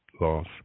loss